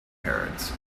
parrots